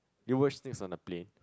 you watch things on the plane